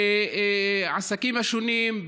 בעסקים השונים,